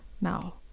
now